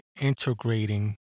integrating